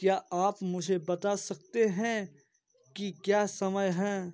क्या आप मुझे बता सकते हैं कि क्या समय हैं